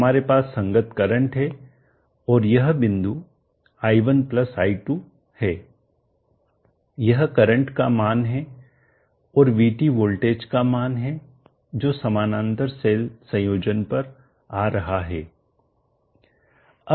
हमारे पास संगत करंट हैं और यह बिंदु i1 i2 है यह करंट का मान है और VT वोल्टेज का मान है जो समानांतर सेल संयोजन पर आ रहा है